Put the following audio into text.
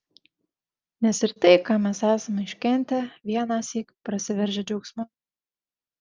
nes ir tai ką mes esam iškentę vienąsyk prasiveržia džiaugsmu